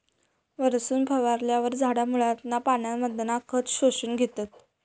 वरसून फवारल्यार झाडा मुळांतना पानांमधना खत शोषून घेतत